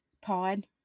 pod